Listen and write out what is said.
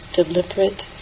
deliberate